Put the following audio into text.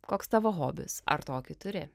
koks tavo hobis ar tokį turi